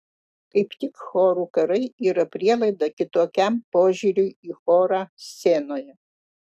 kaip tik chorų karai yra prielaida kitokiam požiūriui į chorą scenoje